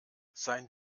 sein